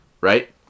Right